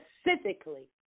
specifically